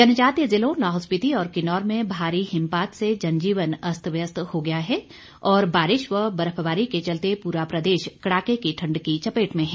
जनजातीय जिलों लाहौल स्पीति और किन्नौर में भारी हिमपात से जनजीवन अस्त व्यस्त हो गया है और बारिश व बर्फबारी के चलते पूरा प्रदेश कड़ाके की ठंड की चपेट में है